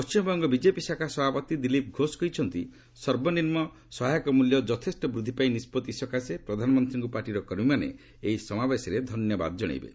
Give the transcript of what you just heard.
Paschimbanga BJP ଶାଖା ସଭାପତି ଦିଲ୍ଲୀପ ଘୋଷ କହିଛନ୍ତି ସର୍ବନିମ୍ବ ସହାୟକ ମୂଲ୍ୟ ଯଥେଷ୍ଟ ବୃଦ୍ଧି ପାଇଁ ନିଷ୍ପଭି ସକାଶେ ପ୍ରଧାନମନ୍ତ୍ରୀଙ୍କ ପାର୍ଟିର କର୍ମୀମାନେ ଏହି ସମାବେଶରେ ଧନ୍ୟବାଦ ଜଣାଇବେ